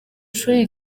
shuri